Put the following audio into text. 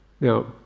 now